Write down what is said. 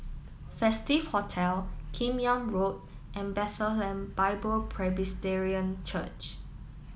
Festive Hotel Kim Yam Road and Bethlehem Bible Presbyterian Church